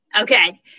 Okay